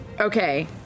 okay